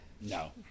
No